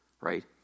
right